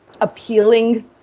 appealing